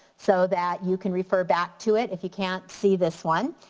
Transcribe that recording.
so that you can refer back to it if you can't see this one.